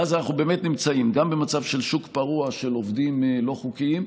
ואז אנחנו באמת נמצאים גם במצב של שוק פרוע של עובדים לא חוקיים,